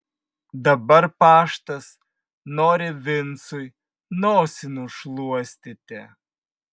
dabar paštas nori vincui nosį nušluostyti